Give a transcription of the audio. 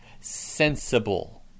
sensible